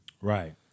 Right